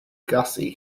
gussie